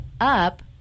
up